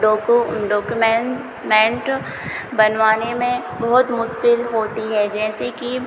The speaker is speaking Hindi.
डोकु डोकुमेन मेंट बनवाने में बहुत मुश्किल होती है जैसे कि